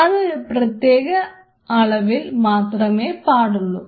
അതൊരു പ്രത്യേക അളവിൽ മാത്രമേ പാടുള്ളൂ